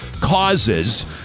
causes